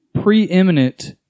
preeminent